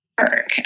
work